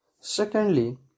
Secondly